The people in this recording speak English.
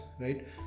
right